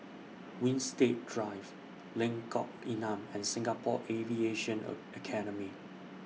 Winstedt Drive Lengkong Enam and Singapore Aviation A Academy